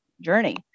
journey